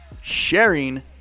sharing